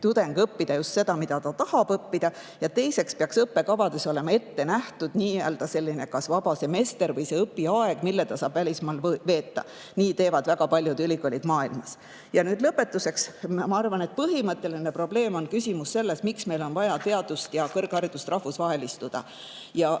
saaks õppida just seda, mida ta tahab õppida. Ja teiseks peaks õppekavades olema ette nähtud nii-öelda kas vaba semester või õpiaeg, mille ta saab välismaal veeta. Nii teevad väga paljud ülikoolid maailmas. Lõpetuseks ma arvan, et põhimõtteline probleem on küsimus, miks meil on vaja teadust ja kõrgharidust rahvusvahelistada.